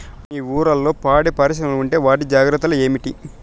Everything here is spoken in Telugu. మీ ఊర్లలో పాడి పరిశ్రమలు ఉంటే వాటి జాగ్రత్తలు ఏమిటి